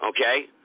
Okay